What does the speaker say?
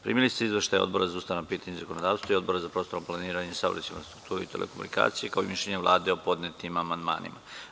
Primili ste izveštaje Odbora za ustavna pitanja i zakonodavstvo i Odbora za prostorno planiranje, saobraćaj, infrastrukturu i telekomunikacije, kao i mišljenje Vlade o podnetim amandmanima.